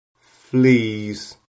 fleas